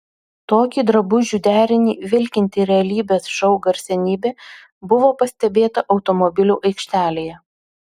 tokį drabužių derinį vilkinti realybės šou garsenybė buvo pastebėta automobilių aikštelėje